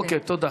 אוקיי, תודה.